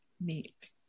meet